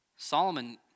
Solomon